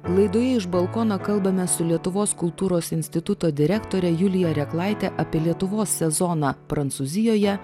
laidoje iš balkono kalbamės su lietuvos kultūros instituto direktore julija reklaite apie lietuvos sezoną prancūzijoje